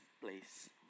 place